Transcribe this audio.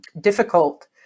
difficult